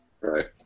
Right